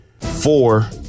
four